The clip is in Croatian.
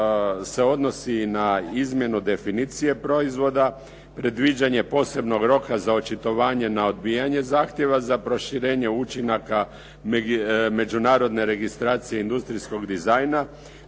se odnosi na izmjenu definicije proizvoda, predviđanje posebnog roka za očitovanje na odbijanje zahtjeva za proširenje učinaka međunarodne registracije industrijskog dizajna,